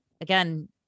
again